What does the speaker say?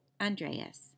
Andreas